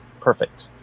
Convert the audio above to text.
perfect